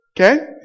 Okay